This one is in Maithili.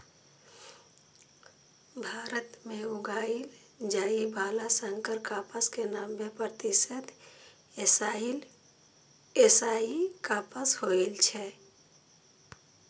भारत मे उगाएल जाइ बला संकर कपास के नब्बे प्रतिशत एशियाई कपास होइ छै